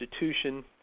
institution